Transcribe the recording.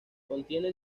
contiene